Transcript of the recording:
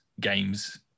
games